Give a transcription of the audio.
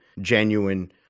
genuine